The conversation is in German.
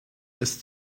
ist